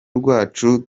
rwacu